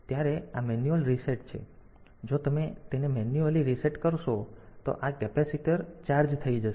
તેથી આ manual reset છે તેથી જો તમે તેને મેન્યુઅલી રીસેટ કરશો તો આ કેપેસિટર ચાર્જ થઈ જશે